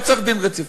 לא צריך דין רציפות,